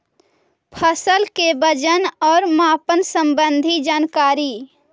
फसल के वजन और मापन संबंधी जनकारी?